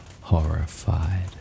horrified